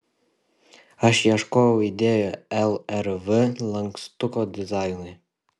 aš ieškojau idėjų lrv lankstuko dizainui